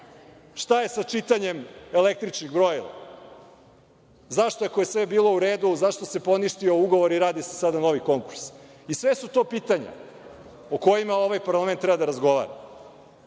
je sa čitanjem električnih brojila? Zašto, ako je sve bilo u redu, zašto se poništio ugovor i radi se sada novi konkurs? Sve su to pitanja o kojima ovaj parlament treba da razgovara,